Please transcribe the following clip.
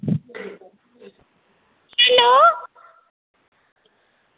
hello